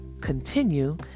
continue